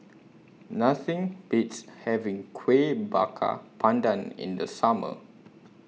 Nothing Beats having Kueh Bakar Pandan in The Summer